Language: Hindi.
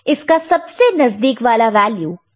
इसका सबसे नजदीक वाला वैल्यू 2V8 है